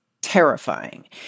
terrifying